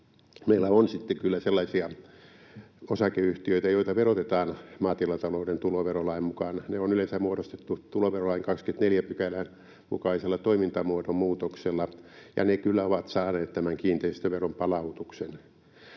Meillä on sitten kyllä sellaisia osakeyhtiöitä, joita verotetaan maatilatalouden tuloverolain mukaan. Ne on yleensä muodostettu tuloverolain 24 §:n mukaisella toimintamuodon muutoksella, ja ne kyllä ovat saaneet tämän kiinteistöveron palautuksen.